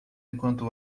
enquanto